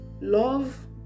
love